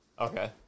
Okay